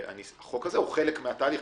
החוק הזה הוא חלק מהתהליך.